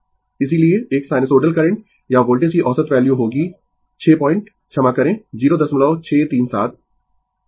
Refer Slide Time 0556 इसीलिए एक sinusoidal current या वोल्टेज की औसत वैल्यू होगी 6 पॉइंट क्षमा करें 0637 अधिकतम वैल्यू